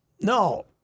No